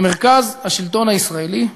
במרכז השלטון הישראלי,